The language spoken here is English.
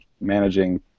managing